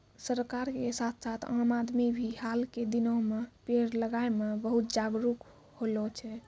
सरकार के साथ साथ आम आदमी भी हाल के दिनों मॅ पेड़ लगाय मॅ बहुत जागरूक होलो छै